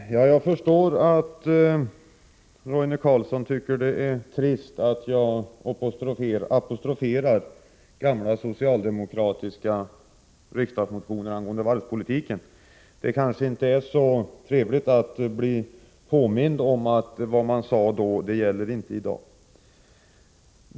Herr talman! Jag förstår att Roine Carlsson tycker att det är trist att jag påminner om gamla socialdemokratiska riksdagsmotioner angående varvspolitiken. Det kanske inte är så trevligt att bli påmind om att det man en gång sade inte gäller i dag.